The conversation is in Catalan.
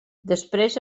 després